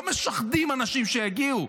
לא משחדים אנשים שיגיעו.